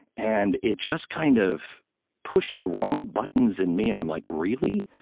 and it just kind of pushed the wrong buttons in me, and i'm like, really?